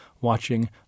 watching